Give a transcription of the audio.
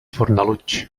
fornalutx